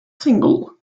single